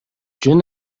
жөн